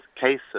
cases